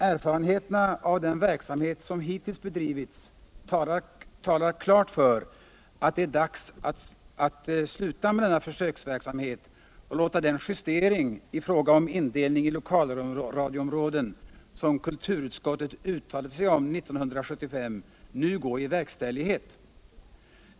Erfarenheterna av den verksamhet som hittills bedrivits talar klart för att det är dags att sluta med denna försöksverksamhet och låta den justering i fråga om indelning i lokalradioområden, som kulturutskottet uttalade sig om 1975, nu gå I verkställighet.